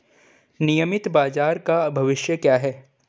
नियमित बाजार का भविष्य क्या है?